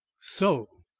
so!